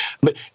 But-